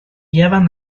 lleven